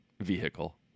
vehicle